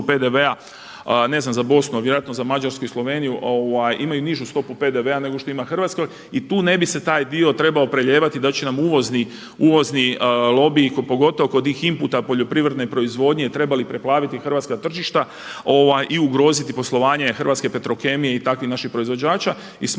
ne znam za Bosnu ali vjerojatno za Mađarsku i Sloveniju imaju nižu stopu PDV-a nego što ima Hrvatska. I tu ne bi se taj dio trebao prelijevati, doći će nam uvozni lobi pogotovo kod tih inputa poljoprivredne proizvodnje trebali bi preplaviti hrvatska tržišta i ugroziti poslovanje Hrvatske petrokemije i takvih naših proizvođača. I smatramo